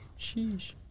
sheesh